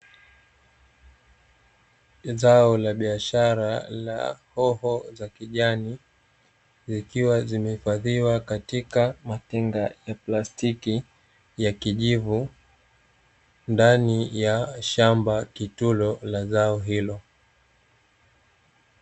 Zao la biashara la hoho za kijani zikiwa zimehifadhiwa katika matenga ya plastiki ya kijivu, ndani ya shamba kitulo la zao hilo.